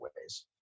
ways